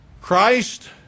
Christ